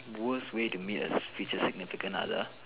worst way to meet a future significant other